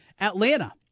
Atlanta